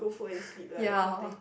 ya